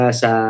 sa